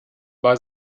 bei